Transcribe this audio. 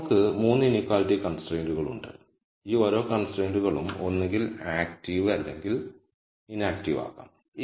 ഇപ്പോൾ നമുക്ക് 3 ഇനീക്വളിറ്റി കൺസ്ട്രെന്റുകങ്ളുണ്ട് ഈ ഓരോ കൺസ്ട്രൈന്റുകളും ഒന്നുകിൽ ആക്റ്റീവ് അല്ലെങ്കിൽ ഇനാക്റ്റീവ് ആകാം